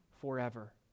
forever